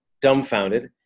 dumbfounded